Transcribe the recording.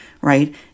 Right